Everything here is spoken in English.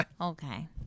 Okay